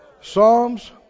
Psalms